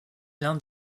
l’un